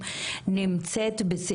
לא אמרתי שאין צורך בחוק.